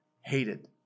hated